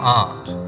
art